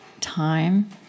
time